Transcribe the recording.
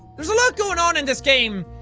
there's a lot going on and this game.